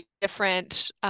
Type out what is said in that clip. different